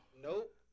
Nope